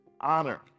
honor